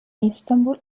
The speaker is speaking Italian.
istanbul